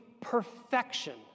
perfection